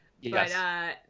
yes